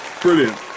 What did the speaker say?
Brilliant